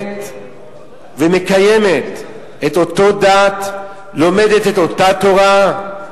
מקיים את אותה דת, לומד את אותה תורה,